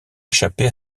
échapper